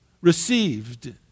received